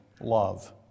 love